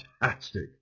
fantastic